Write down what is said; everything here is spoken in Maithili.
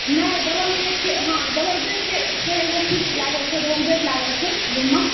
नहि डबल बेडके हँ डबल बेडके छै एगो सीट लागल छै डबल बेड लागल छै रूममे